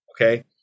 okay